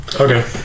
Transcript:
okay